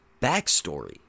backstory